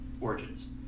Origins